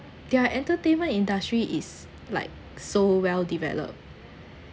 their entertainment industry is like so well developed